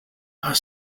are